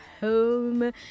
home